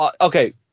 okay